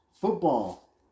football